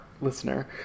listener